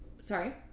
sorry